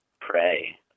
pray